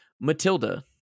Matilda